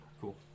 cool